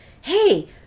hey